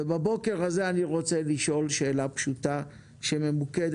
בבוקר הזה אני רוצה לשאול שאלה פשוטה שממוקדת